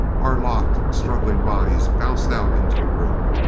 our locked, struggling bodies bounced out into the room.